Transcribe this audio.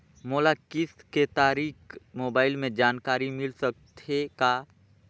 मोला किस्त के तारिक मोबाइल मे जानकारी मिल सकथे का?